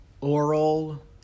oral